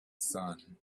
sun